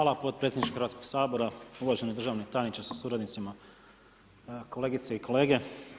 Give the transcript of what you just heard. Hvala potpredsjedniče Hrvatskog sabora, uvaženi državni tajniče sa suradnicima, kolegice i kolege.